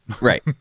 Right